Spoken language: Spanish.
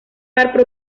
par